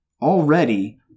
Already